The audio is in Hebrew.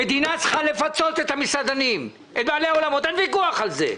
המדינה צריכה לפצות את המסעדנים ואת בעלי האולמות אין ויכוח על זה.